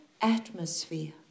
atmosphere